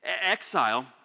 Exile